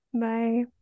bye